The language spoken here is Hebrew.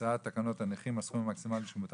הצעת תקנות הנכים מסלול מקסימלי שמותר